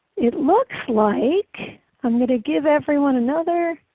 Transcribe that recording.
it looks like i'm going to give everyone another